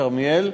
כרמיאל.